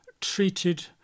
treated